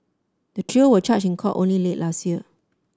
the trio were charged in court only late last year